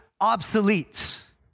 obsolete